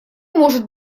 может